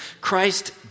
Christ